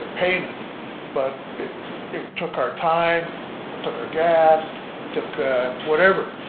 payment but it it took our time, it took our gas, it took whatever,